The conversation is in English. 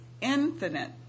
infinite